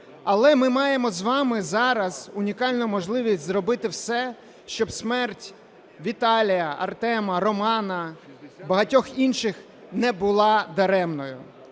Але ми маємо з вами зараз унікальну можливість зробити все, щоб смерть Віталія, Артема, Романа, багатьох інших не була даремною.